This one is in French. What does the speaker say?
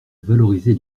valoriser